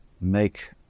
make